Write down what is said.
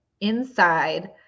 inside